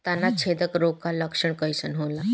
तना छेदक रोग का लक्षण कइसन होला?